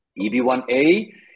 EB1A